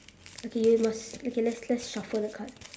okay you must okay let's let's shuffle the cards